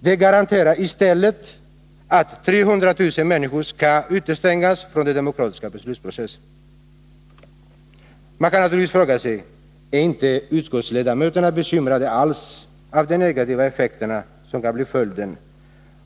De garanterar i stället att 300000 människor skall utestängas från den demokratiska beslutsprocessen. Man kan naturligtvis fråga sig: Är inte utskottsledamöterna bekymrade alls av de negativa effekterna som kan bli följden